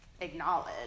acknowledge